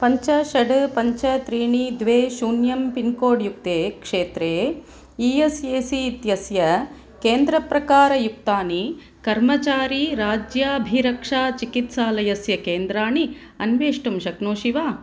पञ्च षड् पञ्च त्रीणि द्वे शून्यं पिन्कोड्युक्ते क्षेत्रे ई एस् ए सी इत्यस्य केन्द्रप्रकारयुक्तानि कर्मचारिराज्याभिरक्षाचिकित्सालयस्य केन्द्राणि अन्वेष्टुं शक्नोषि वा